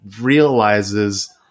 realizes